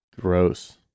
gross